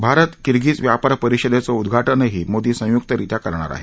Bharat Kyrgyz व्यापार परिषदेचं उद्घाज्ञही मोदी संयुक्तरित्या करणार आहेत